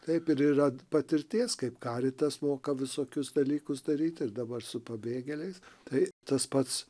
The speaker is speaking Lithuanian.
taip ir yra patirties kaip karitas moka visokius dalykus daryt ir dabar su pabėgėliais tai tas pats